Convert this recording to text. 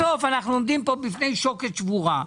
בסוף אנחנו עומדים פה בפני שוקת שבורה.